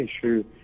issue